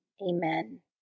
Amen